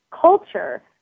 culture